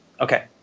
okay